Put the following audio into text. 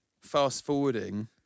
fast-forwarding